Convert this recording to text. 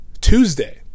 Tuesday